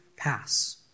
pass